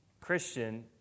Christian